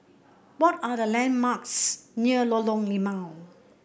what are the landmarks near Lorong Limau